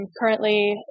currently